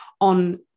on